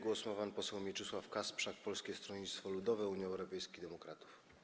Głos ma pan poseł Mieczysław Kasprzak, Polskie Stronnictwo Ludowe -Unia Europejskich Demokratów.